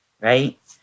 right